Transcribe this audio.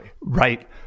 right